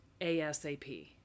ASAP